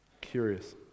Curious